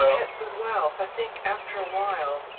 pets as well. so i think after while,